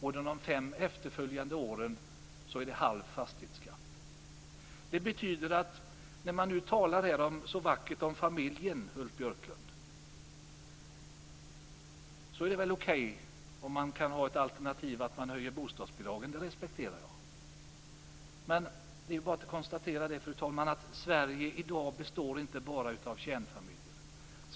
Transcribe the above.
Under de fem efterföljande åren är det halv fastighetsskatt. Ulf Björklund talar så vackert om familjen. Det är okej om man kan ha alternativet att höja bostadsbidragen. Det respekterar jag. Men det är bara att konstatera att Sverige i dag inte bara består av kärnfamiljer.